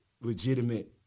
legitimate